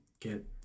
get